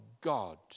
God